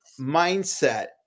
mindset